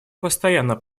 постоянно